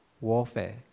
warfare